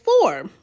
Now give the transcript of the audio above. four